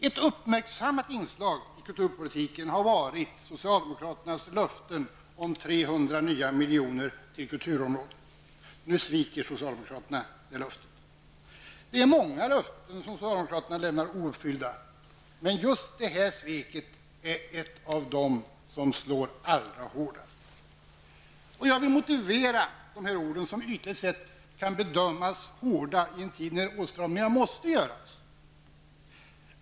Ett uppmärksammat inslag i kulturpolitiken har varit socialdemokraternas löften om 300 nya miljoner till kulturområdet. Nu sviker socialdemokraterna det löftet. Det är många löften som socialdemokraterna lämnar ouppfyllda, men just det här sveket är ett av dem som slår allra hårdast. Jag skall motivera dessa ord, som ytligt sett kan bedömas som hårda i en tid när åtstramningar måste göras.